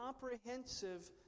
comprehensive